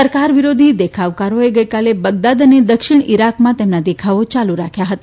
સરકાર વિરોધી દેખાવકારોએ ગઇકાલે બગદાદ અને દક્ષિણ ઇરાકમાં તેમનાદેખાવો ચાલુ રાખ્યા હતા